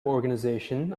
organization